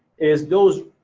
is those